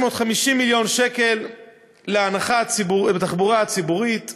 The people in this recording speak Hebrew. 650 מיליון שקל להנחה בתחבורה הציבורית,